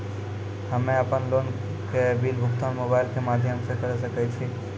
हम्मे अपन लोन के बिल भुगतान मोबाइल के माध्यम से करऽ सके छी?